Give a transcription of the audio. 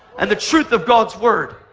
and the truth of god's word.